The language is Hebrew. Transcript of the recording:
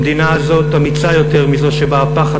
המדינה הזאת אמיצה יותר מזו שבה הפחד